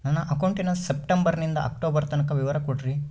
ನನ್ನ ಅಕೌಂಟಿನ ಸೆಪ್ಟೆಂಬರನಿಂದ ಅಕ್ಟೋಬರ್ ತನಕ ವಿವರ ಕೊಡ್ರಿ?